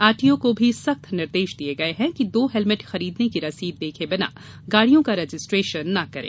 RTO को भी सख्त निर्देश दिए हैं कि दो हेलमेट खरीदने की रसीद देखे बिना गाड़ियों का रजिस्ट्रेशन न करें